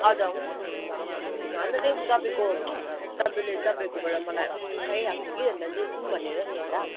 हजुर हुन्छ हुन्छ हुन्छ होइन त्यही त तपाईँको तपाईँले तपाईँकोबाट मलाई चाहिरहेको थियो कि अन्त लेखुम् भनेर नि यता